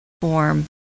form